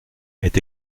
est